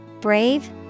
Brave